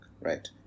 Right